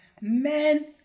men